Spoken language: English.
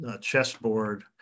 chessboard